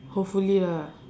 hopefully lah